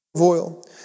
oil